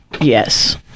yes